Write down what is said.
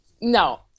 No